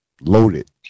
Loaded